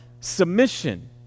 submission